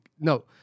no